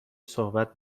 صحبت